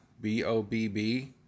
B-O-B-B